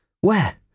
Where